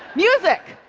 music!